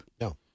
No